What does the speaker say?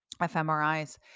fMRIs